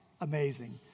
amazing